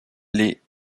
les